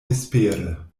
vespere